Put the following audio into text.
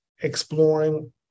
exploring